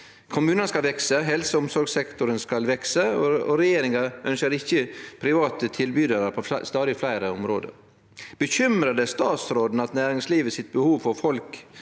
Kommunane skal vekse, helse- og omsorgssektoren skal vekse, og regjeringa ønskjer ikkje private tilbydarar. Bekymrar det statsråden at næringslivet sitt behov for folk